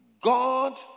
God